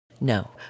No